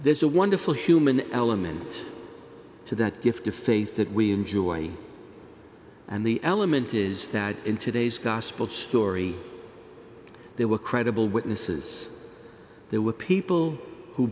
there's a wonderful human element to that gift of faith that we enjoy and the element is that in today's gospel story there were credible witnesses there were people who